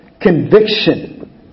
Conviction